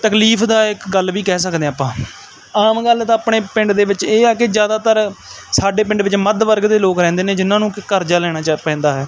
ਤਕਲੀਫਦਾਇਕ ਗੱਲ ਵੀ ਕਹਿ ਸਕਦੇ ਹਾਂ ਆਪਾਂ ਆਮ ਗੱਲ ਤਾਂ ਆਪਣੇ ਪਿੰਡ ਦੇ ਵਿੱਚ ਇਹ ਆ ਕਿ ਜ਼ਿਆਦਾਤਰ ਸਾਡੇ ਪਿੰਡ ਵਿੱਚ ਮੱਧ ਵਰਗ ਦੇ ਲੋਕ ਰਹਿੰਦੇ ਨੇ ਜਿਨ੍ਹਾਂ ਨੂੰ ਕਿ ਕਰਜ਼ਾ ਲੈਣਾ ਜਾ ਪੈਂਦਾ ਹੈ